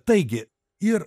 taigi ir